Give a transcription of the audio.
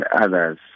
others